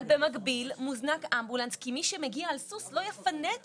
אבל במקביל מוזנק אמבולנס כי מי שמגיע על סוס לא יפנה.